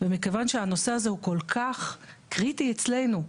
ומכיוון שהנושא הזה הוא כל כך קריטי אצלנו,